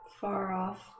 far-off